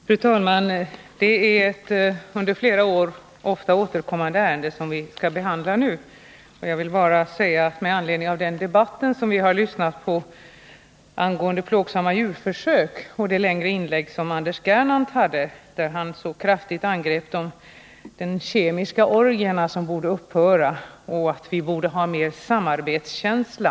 Fru talman! Det är ett under flera år återkommande ärende som vi skall behandla nu. Under den debatt angående plågsamma djurförsök som vi nyss lyssnat till gjorde Anders Gernandt ett längre inlägg. Han angrep där kraftigt ”de kemiska orgierna”, som borde upphöra, och sade att vi borde ha mera samarbetskänsla.